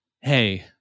hey